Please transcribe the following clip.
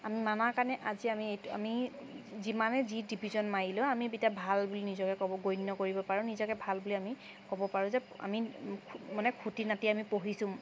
আমি মনাৰ কাৰণে আজি আমি যিমানে যি ডিভিজন মাৰিলেও আমি এতিয়া ভাল বুলি নিজকে গণ্য কৰিব পাৰো নিজকে ভাল বুলি আমি ক'ব পাৰো যে আমি মানে খুটি নাটি আমি পঢ়িছোঁ